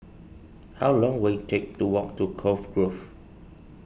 how long will it take to walk to Cove Grove